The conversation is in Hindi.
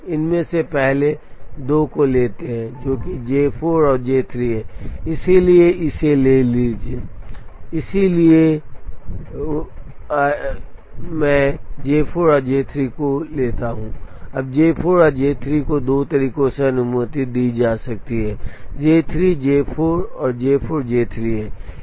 अब हम इनमें से पहले दो को लेते हैं जो कि J4 और J3 है इसलिए इसे ले लें इसलिए 1take J4 और J3 को ले लें अब J4 और J3 को दो तरीकों से अनुमति दी जा सकती है जो कि J3 J4 और J4 J3 है